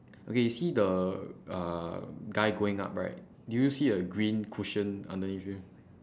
okay see the uh guy going up right do you see a green cushion underneath him